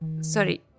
Sorry